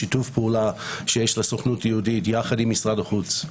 שיתוף הפעולה שיש לסוכנות היהודית יחד עם משרד החוץ,